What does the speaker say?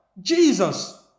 Jesus